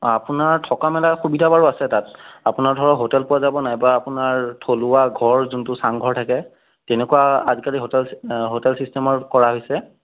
আপোনাৰ থকা মেলাৰ সুবিধা বাৰু আছে তাত আপোনাৰ ধৰক হোটেল পোৱা যাব নাইবা আপোনাৰ থলুৱা ঘৰ যোনটো চাং ঘৰ থাকে তেনেকুৱা আজিকালি হোটেল হোটেল চিষ্টেমত কৰা হৈছে